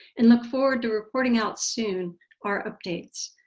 and look forward to reporting out soon our updates.